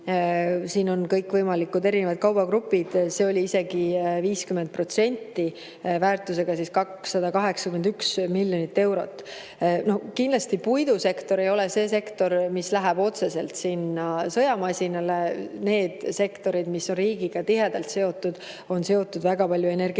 siin on kõikvõimalikud erinevaid kaubagrupid – see oli isegi 50%, väärtusega 281 miljonit eurot. No kindlasti puidusektor ei ole see sektor, mis läheb otseselt sinna sõjamasinale. Need sektorid, mis on riigiga tihedalt seotud, on seotud väga palju energeetikaga.